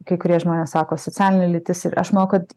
kai kurie žmonės sako socialinė lytis aš manau kad